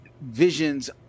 visions